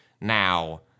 now